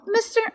Mr